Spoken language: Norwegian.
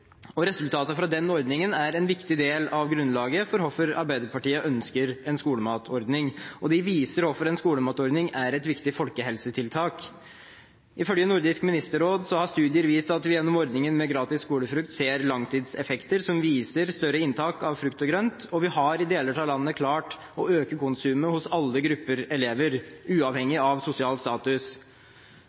Resultatet fra den ordningen er en viktig del av grunnlaget for hvorfor Arbeiderpartiet ønsker en skolematordning, og det viser hvorfor en skolematordning er et viktig folkehelsetiltak. Ifølge Nordisk ministerråd har studier vist at vi gjennom ordningen med gratis skolefrukt ser langtidseffekter som viser større inntak av frukt og grønt, og vi har i deler av landet klart å øke konsumet hos alle grupper elever, uavhengig av sosial status.